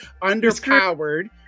underpowered